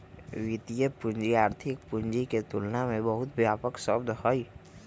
वित्तीय पूंजी आर्थिक पूंजी के तुलना में बहुत व्यापक शब्द हई